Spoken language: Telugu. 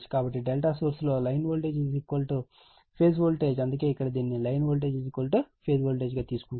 కాబట్టి ∆ సోర్స్ లో లైన్ వోల్టేజ్ ఫేజ్ వోల్టేజ్ అందుకే ఇక్కడ దీనిని లైన్ వోల్టేజ్ ఫేజ్ వోల్టేజ్ గా తీసుకుంటారు